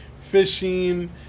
fishing